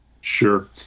Sure